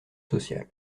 sociales